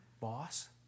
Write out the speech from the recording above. boss